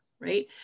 right